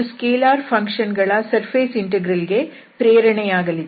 ಇದು scalar function ನ surface integral ಗೆ ಪ್ರೇರಣೆಯಾಗಲಿದೆ